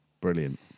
Brilliant